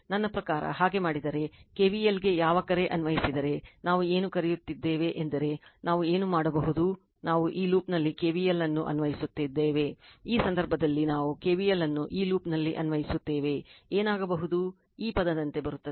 ನನ್ನ ಪ್ರಕಾರ ಹಾಗೆ ಮಾಡಿದರೆ KVLಗೆ ಯಾವ ಕರೆ ಅನ್ವಯಿಸಿದರೆ ನಾವು ಏನು ಕರೆಯುತ್ತೇವೆ ಎಂದರೆ ನಾವು ಏನು ಮಾಡಬಹುದು ನಾವು ಈ ಲೂಪ್ನಲ್ಲಿ KVL ಅನ್ನು ಅನ್ವಯಿಸುತ್ತೇವೆ ಈ ಸಂದರ್ಭದಲ್ಲಿ ನಾವು KVL ಅನ್ನು ಈ ಲೂಪ್ನಲ್ಲಿ ಅನ್ವಯಿಸುತ್ತೇವೆ ಏನಾಗಬಹುದು ಈ ಪದದಂತೆ ಬರುತ್ತಿದೆ